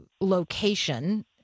location